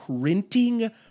printing